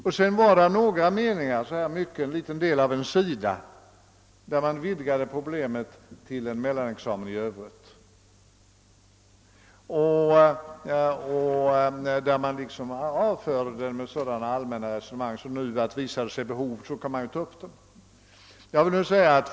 Vidare förekom några meningar — en liten del av en sida — där man vidgade problemet till en mellanexamen i övrigt och liksom avförde den med sådana allmänna resonemang som att om det visade sig föreligga behov av en sådan examen kunde man ta upp saken.